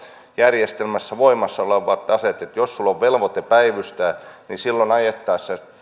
järjestelmässä voimassa olevia asioita että jos sinulla on velvoite päivystää niin silloin ajaessasi